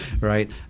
right